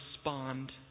respond